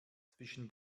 zwischen